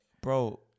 Bro